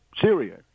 Syria